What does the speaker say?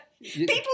People